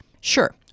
sure